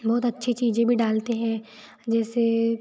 बहुत अच्छी चीज़ें भी डालते हैं जैसे